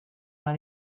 mal